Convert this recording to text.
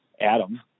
Adam